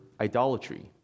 idolatry